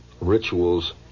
rituals